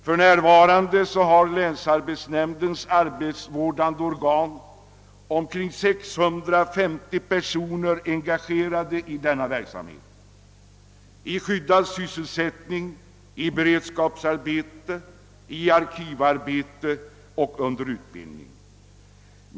För närvarande har länsarbetsnämndens arbetsvårdande organ omkring 650 personer engagerade i denna verksamhet i skyddad sysselsättning, i beredskapsarbeten, i arkivarbete och under utbildning.